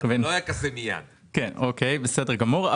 בסדר גמור,